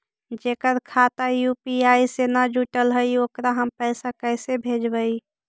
जेकर खाता यु.पी.आई से न जुटल हइ ओकरा हम पैसा कैसे भेजबइ?